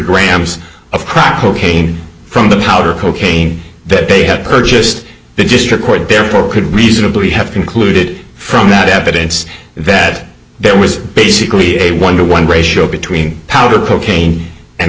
grams of crack cocaine from the powder cocaine that day had purchased the district court before could reasonably have concluded from that evidence that there was basically a one to one ratio between powder cocaine and